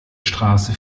straße